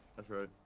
that's right.